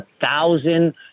thousand